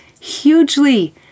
hugely